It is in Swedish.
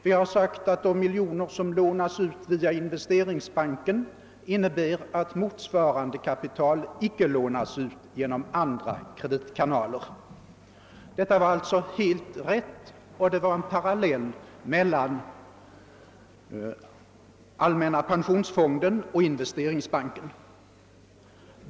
Vi har sagt att de miljoner som lånas ut via Investeringsbanken innebär att motsvarande kapital icke lånas ut via andra kreditkanaler. Det var således en helt riktig anmärkning, och den utgjorde en parallell mellan allmänna pensionsfonden och Investeringsbanken.